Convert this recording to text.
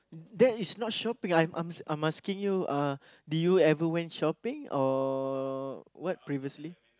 that is not shopping I'm I'm asking you uh did you ever went shopping or what previously